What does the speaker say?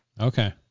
Okay